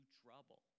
trouble